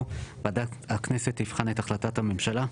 'ועדת הכנסת תבחן את החלטת הממשלה'.